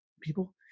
people